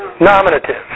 Nominative